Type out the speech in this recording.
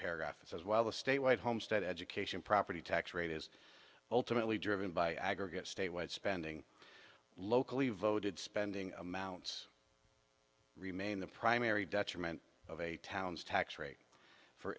paragraph it says while the state wide home state education property tax rate is ultimately driven by aggregate statewide spending locally voted spending amounts remain the primary detriment of a town's tax rate for